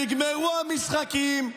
נגמרו המשחקים,